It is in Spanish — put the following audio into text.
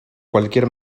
cualquier